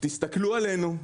תסתכלו עלינו,